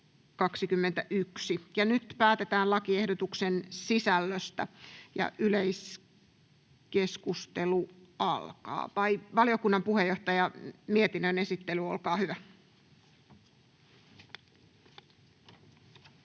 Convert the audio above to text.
Nyt päätetään lakiehdotuksen sisällöstä. — Valiokunnan puheenjohtaja, mietinnön esittely, olkaa hyvä.